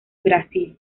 brasil